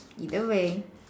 either way